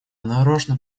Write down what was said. нарочно